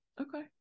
Okay